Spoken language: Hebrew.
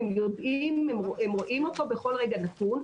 הם יודעים, הם רואים אותו בכל רגע נתון.